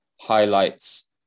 highlights